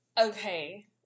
okay